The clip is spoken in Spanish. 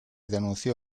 denunció